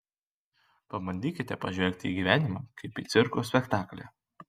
pabandykite pažvelgti į gyvenimą kaip į cirko spektaklį